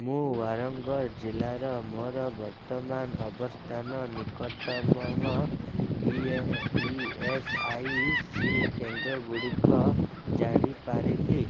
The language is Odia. ମୁଁ ୱାରାଙ୍ଗଡ଼ ଜିଲ୍ଲାର ମୋର ବର୍ତ୍ତମାନ ଅବସ୍ଥାନ ନିକଟତମ ଇ ଏସ୍ ଆଇ ସି କେନ୍ଦ୍ର ଗୁଡ଼ିକ ଜାଣିପାରେ କି